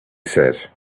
said